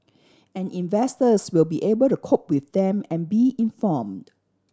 and investors will be able to cope with them and be informed